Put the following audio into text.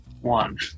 one